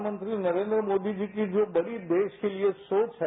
प्रधानमंत्री नरेन्द्र मोदी जी की जो बड़ी देश के लिए सोच है